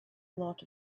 lot